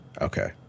okay